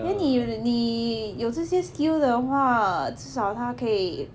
then 你你有这些 skill 的话至少他可以